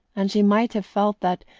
and she might have felt that,